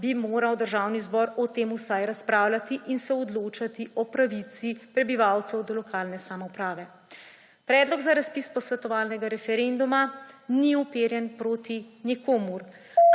bi moral Državni zbor o tem vsaj razpravljati in se odločati o pravici prebivalcev do lokalne samouprave.« Predlog za razpis posvetovalnega referenduma ni uperjen proti nikomur,